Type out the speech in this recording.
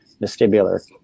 vestibular